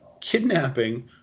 kidnapping